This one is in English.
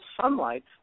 sunlight